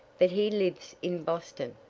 but he lives in boston,